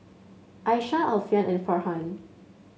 Aishah Alfian and Farhan